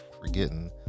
forgetting